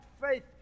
faith